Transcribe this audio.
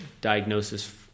diagnosis